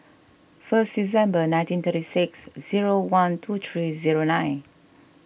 first December nineteen thirty six zero one two three zero nine